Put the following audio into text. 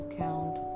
count